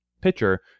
pitcher